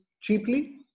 cheaply